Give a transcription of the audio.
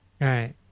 Right